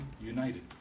united